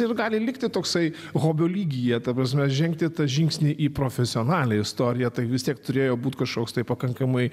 ir gali likti toksai hobio lygyje ta prasme žengti tą žingsnį į profesionalią istoriją tai vis tiek turėjo būt kažkoks tai pakankamai